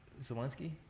Zelensky